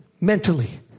mentally